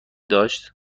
داشت